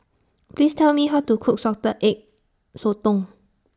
Please Tell Me How to Cook Salted Egg Sotong